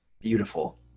beautiful